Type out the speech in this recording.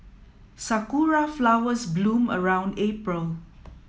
sakura flowers bloom around April